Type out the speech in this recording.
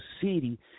city